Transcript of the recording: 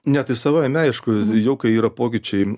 ne tai savaime aišku jau kai yra pokyčiai